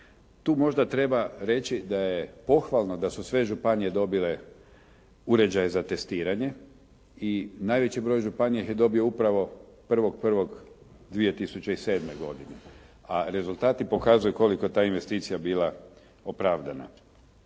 Tu možda treba reći da je pohvalno da su sve županije dobile uređaj za testiranje i najveći broj županija ih je dobio upravo 1.1.2007. godine a rezultati pokazuju koliko je ta investicija bila opravdana.